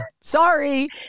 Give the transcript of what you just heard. Sorry